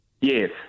Yes